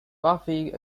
buffy